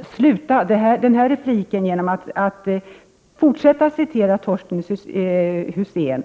avsluta den här repliken genom att än en gång åberopa Torsten Husén.